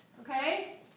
okay